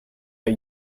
are